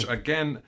again